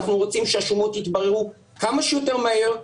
אנחנו רוצים שהשומות יתבררו כמה שיותר מהר,